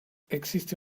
existe